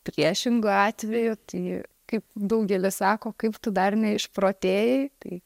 priešingu atveju ji kaip daugelis sako kaip tu dar neišprotėjai tai